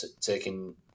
taking